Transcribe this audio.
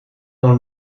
dans